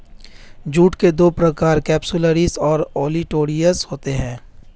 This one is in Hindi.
जूट के दो प्रकार केपसुलरिस और ओलिटोरियस होते हैं